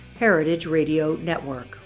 heritageradionetwork